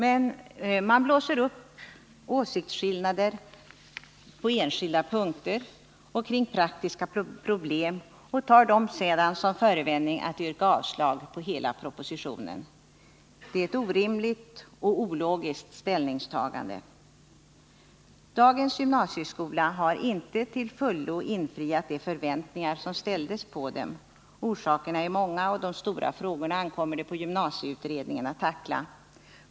Men man blåser upp åsiktskillnader på enskilda punkter och kring praktiska problem och tar sedan dem till förevändning att yrka avslag på hela propositionen. Det är ett orimligt och ologiskt ställningstagande. Dagens gymnasieskola har inte till fullo infriat de förväntningar som ställdes på den. Orsakerna är många, och de stora frågorna ankommer det på gymnasieutredningen att tackla.